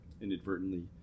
inadvertently